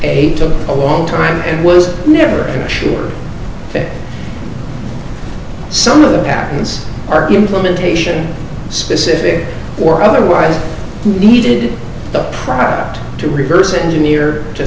a took a long time and was never sure some of the patterns are implementation specific or otherwise needed the product to reverse engineer to